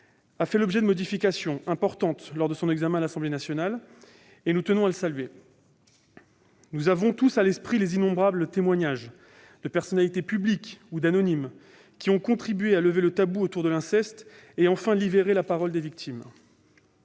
a fait l'objet de modifications importantes que nous tenons à saluer. Nous avons tous à l'esprit les innombrables témoignages, de personnalités publiques ou d'anonymes, qui ont contribué à lever le tabou autour de l'inceste et à enfin libérer la parole des victimes.